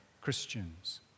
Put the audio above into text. Christians